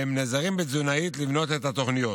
והם נעזרים בתזונאית כדי לבנות את התוכניות.